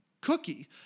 cookie